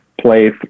play